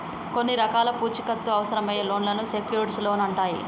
కొన్ని రకాల పూచీకత్తు అవసరమయ్యే లోన్లను సెక్యూర్డ్ లోన్లు అంటరు